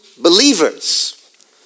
believers